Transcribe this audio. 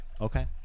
Okay